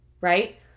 right